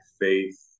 faith